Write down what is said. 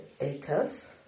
acres